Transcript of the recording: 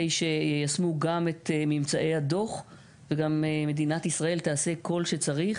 שיישמו גם את ממצאי הדוח וגם שמדינת ישראל תעשה כול שצריך